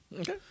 okay